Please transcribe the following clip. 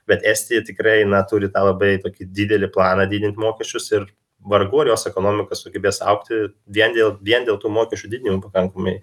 bet estija tikrai na turi tą labai tokį didelį planą didint mokesčius ir vargu ar jos ekonomika sugebės augti vien dėl vien dėl tų mokesčių didinimų pakankamai